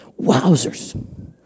Wowzers